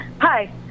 Hi